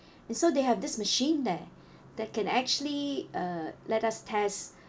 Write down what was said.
and so they have this machine there that can actually uh let us test